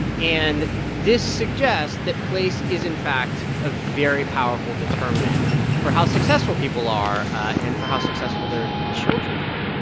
and this suggests that place is, in fact, a very powerful determinant for how successful people are and for how successful their children are